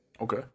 Okay